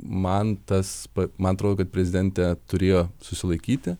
man tas man atrodo kad prezidentė turėjo susilaikyti